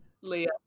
Leah